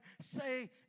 say